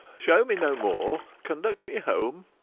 show me no more! conduct me home.